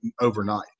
overnight